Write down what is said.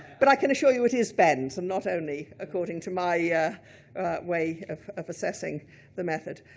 but i can assure you it is behn's, and not only according to my yeah way of of assessing the method.